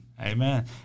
Amen